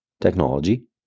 technology